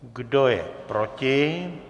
Kdo je proti?